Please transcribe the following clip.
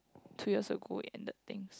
two years ago we ended things